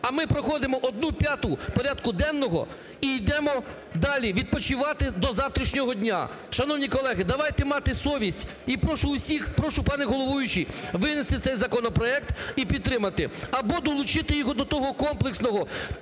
а ми проходимо одну п'яту порядку денного і йдемо далі відпочивати до завтрашнього дня. Шановні колеги! Давайте мати совість і прошу всіх, прошу пане головуючий винести цей законопроект і підтримати, або долучити його до того комплексного,